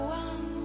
one